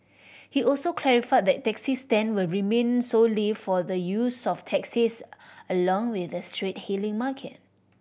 he also clarified that taxi stand will remain solely for the use of taxis along with the street hailing market